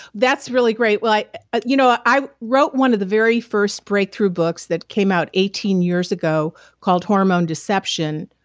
that's really great. i ah you know ah i wrote one of the very first breakthrough books that came out eighteen years ago called hormone deception.